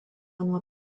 nuo